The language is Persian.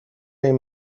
این